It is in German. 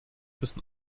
bis